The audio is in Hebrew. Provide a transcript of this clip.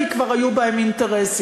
כי כבר היו בהם אינטרסים.